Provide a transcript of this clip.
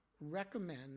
recommend